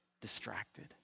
distracted